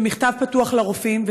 במכתב פתוח אל רופאים,